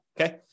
Okay